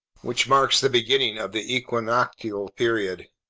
which marks the beginning of the equinoctial period.